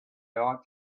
ought